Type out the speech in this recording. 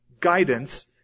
guidance